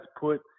put